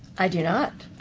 i do not.